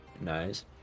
nice